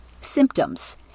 Symptoms